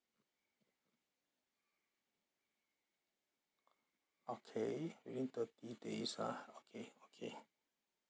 okay within thirty days ah okay okay